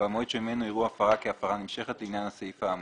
והמועד שממנו יראו הפרה כהפרה נמשכת לעניין הסעיף האמור.